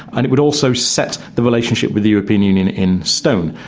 and it would also set the relationship with the european union in stone.